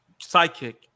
sidekick